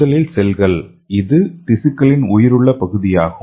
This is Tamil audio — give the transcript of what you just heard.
முதலில் செல்கள் இது திசுக்களின் உயிருள்ள பகுதியாகும்